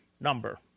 number